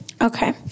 Okay